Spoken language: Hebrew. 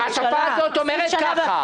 השפה הזאת אומרת כך,